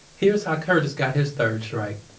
here's how curtis got his third strike